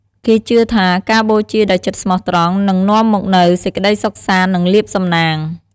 គេជឿថាការបូជាដោយចិត្តស្មោះត្រង់ នឹងនាំមកនូវ សេចក្តីសុខសាន្ត និងលាភសំណាង។